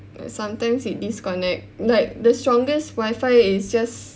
sometimes it disconnect like the strongest wifi is just